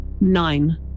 Nine